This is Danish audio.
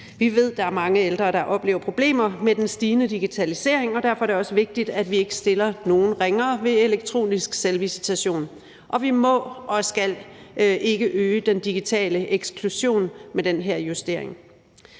Vi ved, der er mange ældre, der oplever problemer med den stigende digitalisering, og derfor er det også vigtigt, at vi ikke stiller nogen ringere ved elektronisk selvvisitation, og vi må og skal ikke øge den digitale eksklusion med den her justering.